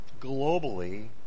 globally